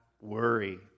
worry